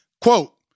Quote